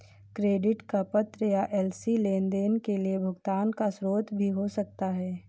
credit का पत्र या एल.सी लेनदेन के लिए भुगतान का स्रोत भी हो सकता है